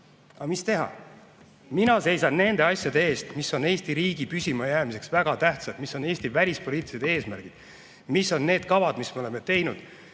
Aga mis teha? Mina seisan nende asjade eest, mis on Eesti riigi püsimajäämiseks väga tähtsad, mis on Eesti välispoliitilised eesmärgid, mis on need kavad, mis me oleme teinud.